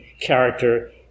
character